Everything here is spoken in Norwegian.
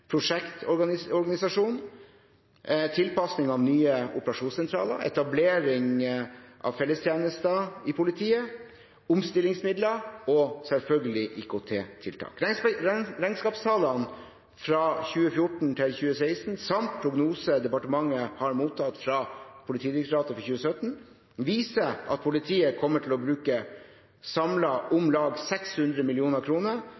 tilpasning av nye operasjonssentraler, etablering av fellestjenester i politiet, omstillingsmidler og selvfølgelig IKT-tiltak. Regnskapstallene fra 2014–2016 samt prognoser departementet har mottatt fra Politidirektoratet for 2017, viser at politiet kommer til å bruke